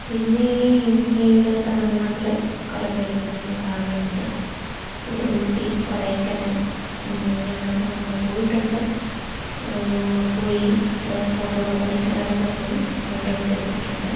പിന്നെ ഇന്ത്യയിൽ തമിഴ്നാട്ടിൽ കുറെ പ്ലേസസ് ഇനീം കാണാനുണ്ട് പിന്നെ ഊട്ടി കൊടൈക്കനാൽ ഇങ്ങനുള്ള സ്ഥലങ്ങൾ പോയിട്ടുണ്ട് പോയി ഫോട്ടോകൾ കൊടൈക്കനാലൊക്കെ പോയി ഫോട്ടോയൊക്കെ എടുത്തിട്ടുണ്ട്